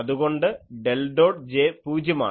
അതുകൊണ്ട് del dot J പൂജ്യമാണ്